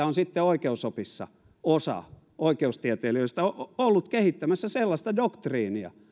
on sitten oikeusopissa osa oikeustieteilijöistä ollut kehittämässä sellaista doktriinia